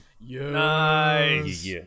Nice